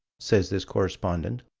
says this correspondent,